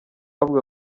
bavuga